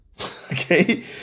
Okay